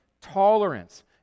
tolerance